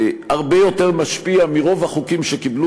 הרבה יותר משפיע מרוב החוקים שקיבלו